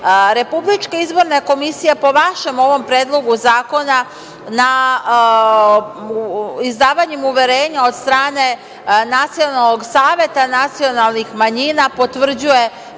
niste. Republička izboran komisija po vašem ovom predlogu zakona izdavanjem uverenja od strane nacionalnog saveta nacionalnih manjina potvrđuje